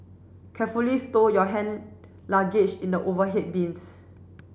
carefully stow your hand luggage in the overhead bins